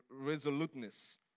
resoluteness